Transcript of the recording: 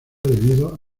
debido